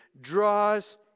draws